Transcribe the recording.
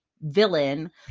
villain